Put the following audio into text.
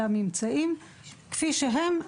על הממצאים כפי שהם.